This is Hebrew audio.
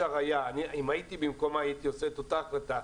אם הייתי במקומם, הייתי עושה את אותה החלטה.